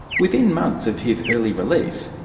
within months of his early release,